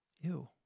Ew